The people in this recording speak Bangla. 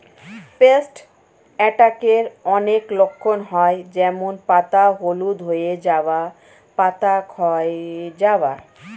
পেস্ট অ্যাটাকের অনেক লক্ষণ হয় যেমন পাতা হলুদ হয়ে যাওয়া, পাতা ক্ষয় যাওয়া